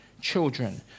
children